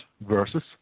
versus